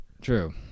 True